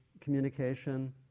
communication